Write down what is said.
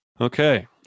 okay